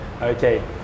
Okay